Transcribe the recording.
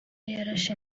yarashe